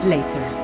Later